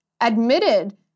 admitted